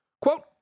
Quote